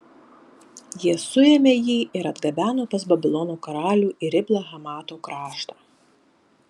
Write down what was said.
jie suėmė jį ir atgabeno pas babilono karalių į riblą hamato kraštą